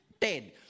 dead